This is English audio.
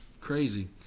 crazy